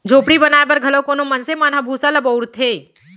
झोपड़ी बनाए बर घलौ कोनो मनसे मन ह भूसा ल बउरथे